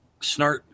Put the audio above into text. Snart